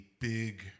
big